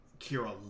Kira